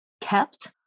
kept